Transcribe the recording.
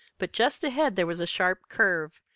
but just ahead there was a sharp curve,